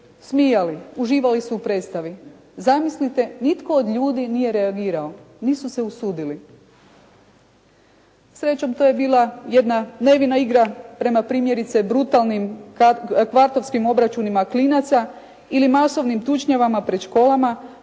smijali, uživali su u predstavi. Zamislite, nitko od ljudi nije reagirao, nisu se usudili. Srećom, to je bila jedna nevina igra prema primjerice brutalnim kvartovskim obračunima klinaca ili masovnim tučnjavama pred školama